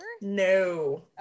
No